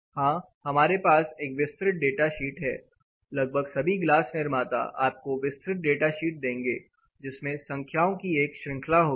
हां हमारे पास एक विस्तृत डाटा शीट है लगभग सभी ग्लास निर्माता आपको विस्तृत डाटा शीट देंगे जिसमें संख्याओं की एक श्रृंखला होगी